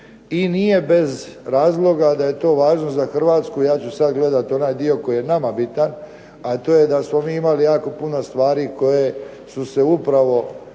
I nije bez razloga da je to važno za Hrvatsku, ja ću sad gledati onaj dio koji je nama bitan, a to je da smo mi imali jako puno stvari koje su se upravi